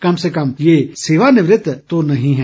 कम से कम ये सेवानिवृत तो नहीं हैं